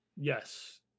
yes